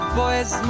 boys